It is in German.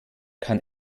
kann